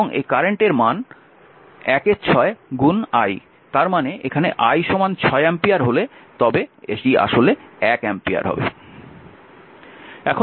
এবং এই কারেন্টের মান ⅙I তার মানে এখানে I 6 অ্যাম্পিয়ার হলে তবে এটি আসলে 1 অ্যাম্পিয়ার হবে